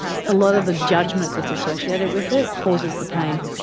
a lot of the judgement that's associated with it causes the pain.